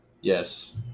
Yes